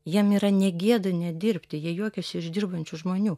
jiem yra negėda nedirbti jie juokiasi iš dirbančių žmonių